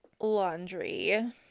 laundry